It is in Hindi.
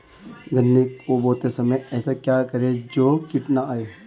गन्ने को बोते समय ऐसा क्या करें जो कीट न आयें?